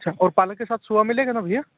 अच्छा और पालक के साथ सोया मिलेगा ना भैया